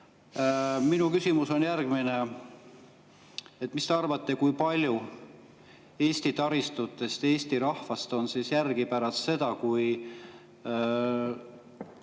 Minu küsimus on järgmine. Mis te arvate, kui palju Eesti taristust, Eesti rahvast on järel pärast seda, kui